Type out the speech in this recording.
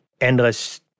endless